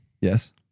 yes